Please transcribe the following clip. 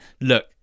look